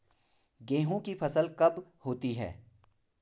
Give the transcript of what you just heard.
गेहूँ की फसल कब होती है?